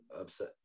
upset